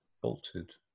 bolted